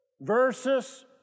versus